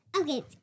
Okay